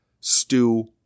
stew